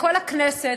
לכל הכנסת,